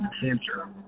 cancer